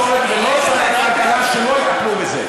ולא שר הכלכלה, שלא יטפלו בזה.